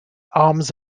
arms